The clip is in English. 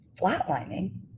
flatlining